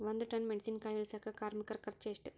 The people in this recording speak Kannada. ಒಂದ್ ಟನ್ ಮೆಣಿಸಿನಕಾಯಿ ಇಳಸಾಕ್ ಕಾರ್ಮಿಕರ ಖರ್ಚು ಎಷ್ಟು?